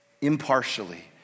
impartially